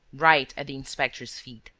right at the inspector's feet.